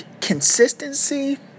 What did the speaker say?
consistency